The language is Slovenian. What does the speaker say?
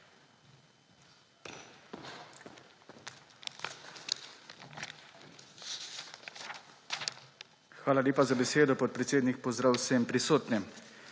Hvala lepa za besedo, podpredsednik. Pozdrav vsem prisotnim!